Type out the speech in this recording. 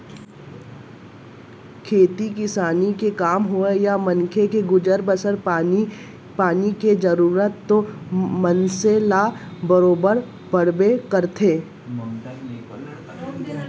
खेती किसानी के काम होवय या मनखे के गुजर बसर पानी के जरूरत तो मनसे ल बरोबर पड़बे करथे